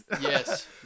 Yes